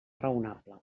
raonable